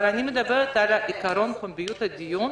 אבל אני מדברת על עיקרון פומביות הדיון.